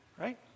right